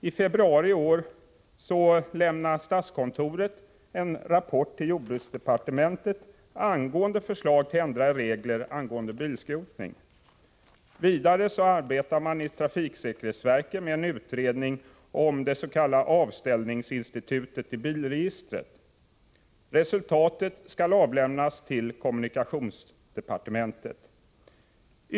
I februari i år lämnade statskontoret en rapport till jordbruksdepartementet angående förslag till ändrade regler för bilskrotning. Vidare arbetar man i trafiksäkerhetsverket med en utredning om det s.k. avställningsinstitutet i bilregistret. Resultatet skall avlämnas till kommunikationsdepartementet.